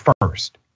first